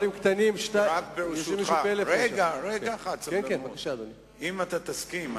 אם תסכים,